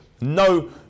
no